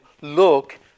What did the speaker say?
look